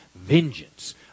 vengeance